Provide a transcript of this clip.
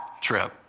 trip